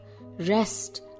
rest